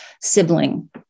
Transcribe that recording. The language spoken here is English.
sibling